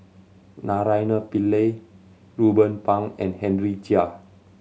Naraina Pillai Ruben Pang and Henry Chia